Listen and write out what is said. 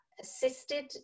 assisted